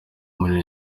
muri